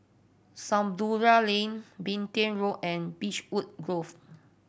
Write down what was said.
Samudera Lane Petain Road and Beechwood Grove